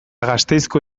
gasteizko